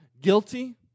guilty